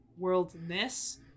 worldness